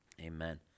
Amen